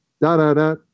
da-da-da